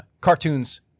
Cartoons